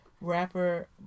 rapper